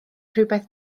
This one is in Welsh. rhywbeth